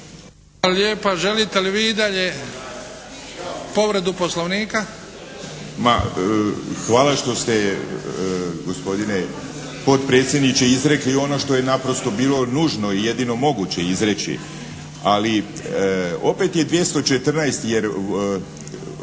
hvala što ste gospodine potpredsjedniče izrekli ono što je naprosto bilo nužno i jedino moguće izreći. Ali opet je 214.